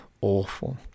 awful